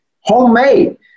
homemade